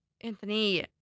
Anthony